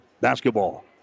Basketball